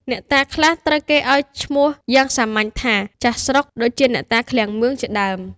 អ្នកតាខ្លះត្រូវគេឱ្យឈ្មោះយ៉ាងសាមញ្ញថា ចាស់ស្រុក ដូចជាអ្នកតាឃ្លាំងមឿង ជាដើម។